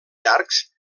llargs